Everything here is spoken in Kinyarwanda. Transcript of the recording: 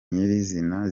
nyirizina